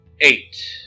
Eight